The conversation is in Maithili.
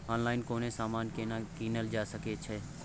ऑनलाइन कोनो समान केना कीनल जा सकै छै?